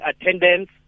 attendance